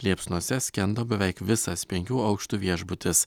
liepsnose skendo beveik visas penkių aukštų viešbutis